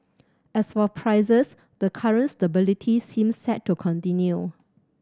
as for prices the current stability seems set to continue